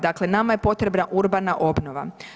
Dakle, nama je potrebna urbana obnova.